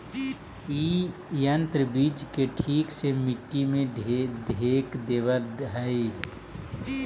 इ यन्त्र बीज के ठीक से मट्टी से ढँक देवऽ हई